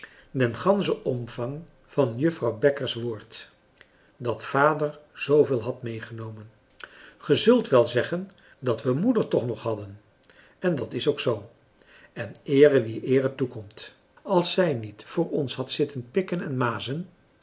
den ganschen omvang van juffrouw bekkers woord dat vader zooveel had meegenomen ge zult wel zeggen dat we moeder toch nog hadden en dat is ook zoo en eere wie eere toekomt als zij niet voor ons had zitten pikken en mazen